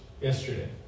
yesterday